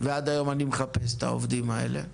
ועד היום אני מחפש את העובדים האלה.